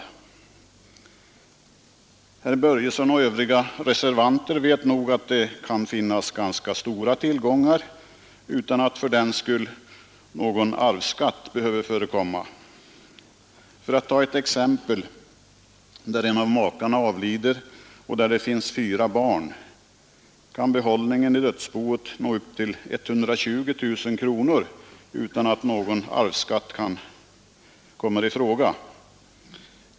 Herr Börjesson och övriga reservanter vet nog att det kan finnas ganska stora tillgångar i ett bo utan att fördenskull någon arvsskatt behöver förekomma. Låt mig ta ett exempel: Om en make avlider och det finns fyra barn kan behållningen i dödsboet gå upp till 120 000 kronor utan att någon arvsskatt kommer i fråga.